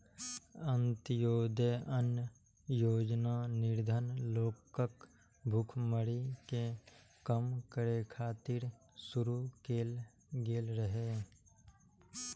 अंत्योदय अन्न योजना निर्धन लोकक भुखमरी कें कम करै खातिर शुरू कैल गेल रहै